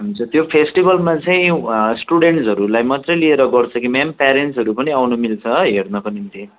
हुन्छ त्यो फेस्टिभलमा चाहिँ स्टुडेन्ट्सहरूलाई मात्रै लिएर गर्छ कि म्याम प्यारेन्ट्सहरू पनि आउन मिल्छ हेर्नको निम्ति